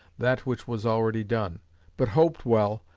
that which was already done but hoped well,